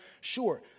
Sure